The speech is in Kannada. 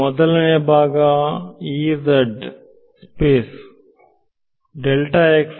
ಮೊದಲನೆ ಭಾಗ ಸ್ಪೇಸ್